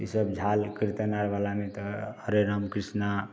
ये सब झाल कीर्तन वाला में तो हरे राम कृष्णा